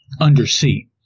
undersea